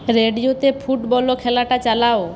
রেডিওতে ফুটবল খেলাটা চালাও